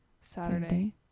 Saturday